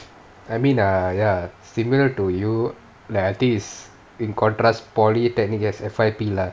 I mean err ya similar to you I think it's in contrast polytechnic there's F_Y_P lah